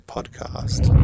Podcast